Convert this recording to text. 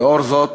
לנוכח זאת,